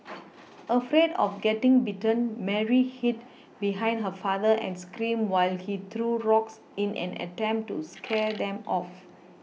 afraid of getting bitten Mary hid behind her father and screamed while he threw rocks in an attempt to scare them of